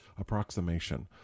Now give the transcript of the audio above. Approximation